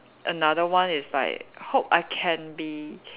another one is like hope I can be